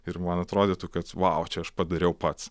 ir man atrodytų kad vau čia aš padariau pats